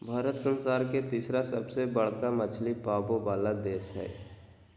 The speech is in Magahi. भारत संसार के तिसरा सबसे बडका मछली पाले वाला देश हइ